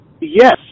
yes